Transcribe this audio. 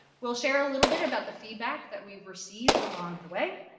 we'll share a little bit about the feedback that we received along the way.